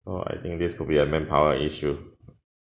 oh I think this could be a manpower issue